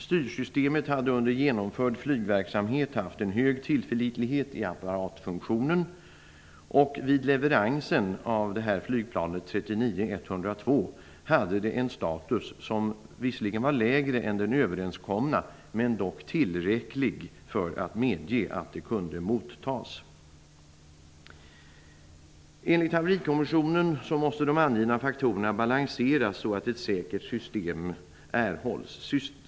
Styrsystemet hade under genomförd flygverksamhet haft en hög tillförlitlighet i apparatfunktionen, och vid leveransen av det här flygplanet, 39.102, hade det en status som visserligen var lägre än den överenskomna, men dock tillräcklig för att medge att det kunde mottas. Enligt haverikommissionen måste de angivna faktorerna balanseras så att ett säkert system erhålls.